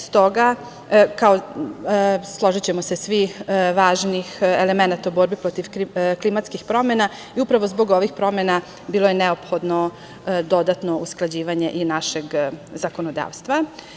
S toga kao, složićemo se svi, važnih elemenata u borbi protiv klimatskih promena i upravo zbog ovih promena bilo je neophodno dodatno usklađivanje i našeg zakonodavstva.